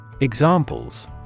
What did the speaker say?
Examples